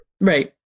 Right